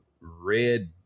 red